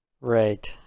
Right